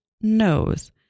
nose